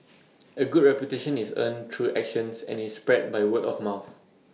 A good reputation is earned through actions and is spread by word of mouth